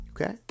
okay